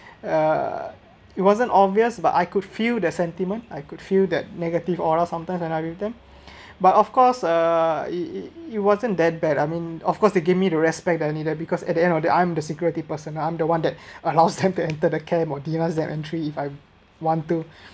uh it wasn't obvious but I could feel the sentiment I could feel that negative aura sometimes and everything but of course uh it it it wasn't that bad I mean of course they give me the respect any needed because at the end of the I'm the security person I'm the one that allows them to enter the care entry if I want to